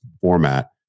format